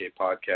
Podcast